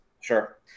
Sure